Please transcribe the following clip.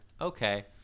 okay